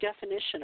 definition